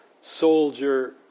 soldier